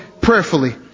prayerfully